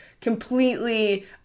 completely